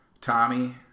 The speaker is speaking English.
Tommy